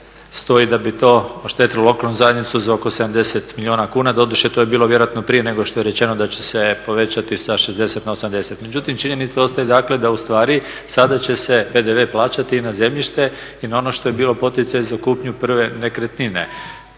stoji da bi to oštetilo lokalnu zajednicu za oko 70 milijuna kuna. Doduše, to je bilo vjerojatno prije nego što je rečeno da će se povećati sa 60 na 80. Međutim, činjenica ostaje, dakle da u stvari sada će se PDV plaćati i na zemljište i na ono što je bio poticaj za kupnju prve nekretnine.